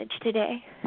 today